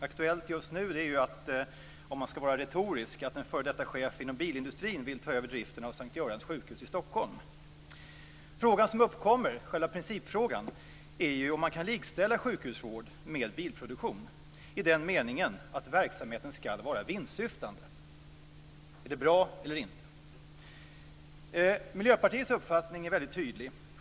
Aktuellt just nu är ju, om man ska vara retorisk, att en före detta chef inom bilindustrin vill ta över driften av S:t Görans sjukhus i Den fråga som uppkommer är om man kan likställa sjukhusvård med bilproduktion i den meningen att verksamheten ska vara vinstsyftande. Är det bra eller inte? Miljöpartiets uppfattning är väldigt tydlig.